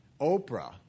Oprah